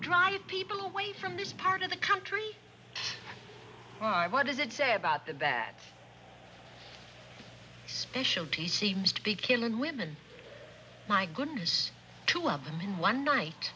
drive people away from this part of the country what does it say about the bad specialty seems to be killing women my goodness two of them in one night